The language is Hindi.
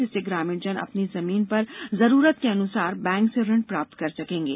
जिससे ग्रामीण जन अब अपनी जमीन पर जरूरत के अनुसार बैंक से ऋण प्राप्त कर सकेंगे